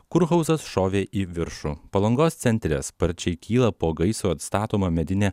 kurhauzas šovė į viršų palangos centre sparčiai kyla po gaisro atstatoma medinė